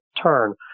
turn